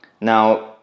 now